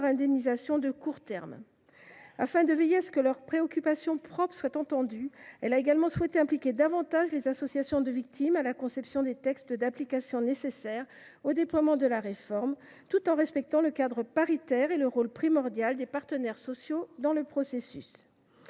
indemnisation de court terme. Afin que leurs préoccupations propres soient entendues, elle a également souhaité impliquer davantage les associations de victimes à la conception des textes d’application nécessaires au déploiement de la réforme, tout en respectant le cadre paritaire et le rôle primordial des partenaires sociaux dans le processus.